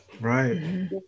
Right